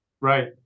Right